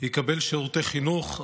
יקבל שירותי חינוך,